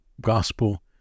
Gospel